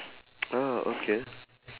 ah okay